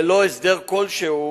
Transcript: ללא הסדר כלשהו,